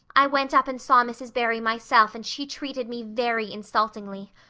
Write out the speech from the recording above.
i went up and saw mrs. barry myself and she treated me very insultingly.